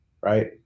right